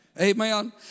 Amen